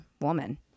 woman